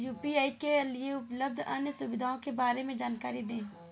UPI के लिए उपलब्ध अन्य सुविधाओं के बारे में जानकारी दें?